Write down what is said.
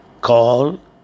call